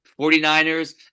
49ers